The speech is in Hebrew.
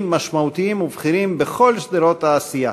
משמעותיים ובכירים בכל שֹדרות העשייה: